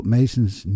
Mason's